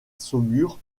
saumur